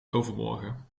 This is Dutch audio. overmorgen